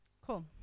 Cool